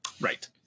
Right